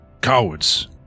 cowards